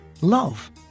love